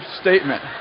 statement